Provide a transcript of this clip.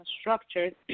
structured